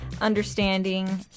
understanding